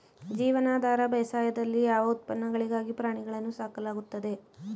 ಜೀವನಾಧಾರ ಬೇಸಾಯದಲ್ಲಿ ಯಾವ ಉತ್ಪನ್ನಗಳಿಗಾಗಿ ಪ್ರಾಣಿಗಳನ್ನು ಸಾಕಲಾಗುತ್ತದೆ?